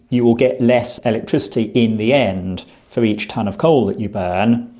you will get less electricity in the end for each tonne of coal that you burn,